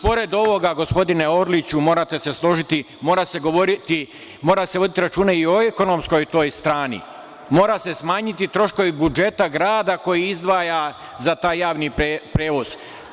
Pored ovoga gospodine Orliću, morate se složiti, mora se govoriti, mora se voditi računa i o ekonomskoj strani, mora se smanjiti troškovi budžeta grada koji izdvaja za taj javni prevoz.